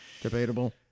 debatable